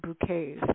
bouquets